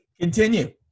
Continue